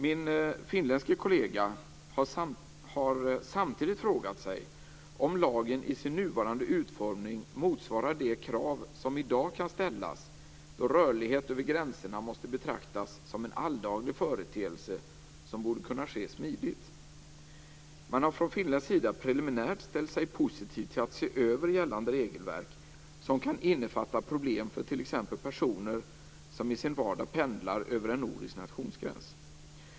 Min finländske kollega har emellertid samtidigt frågat sig om lagen i sin nuvarande utformning motsvarar de krav som i dag kan ställas, då rörlighet över gränserna måste betraktas som en alldaglig företeelse, som borde kunna ske smidigt. Man har från finländsk sida preliminärt ställt sig positiv till att se över gällande regelverk som kan innefatta problem för t.ex. personer som i sin vardag pendlar över en nordisk nationsgräns.